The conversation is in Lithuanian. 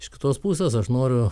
iš kitos pusės aš noriu